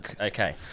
okay